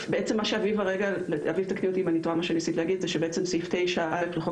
מה שאביב אמרה תקני אותי אם אני טועה - זה שסעיף 9א לחוק